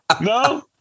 No